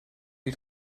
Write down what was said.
die